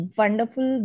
wonderful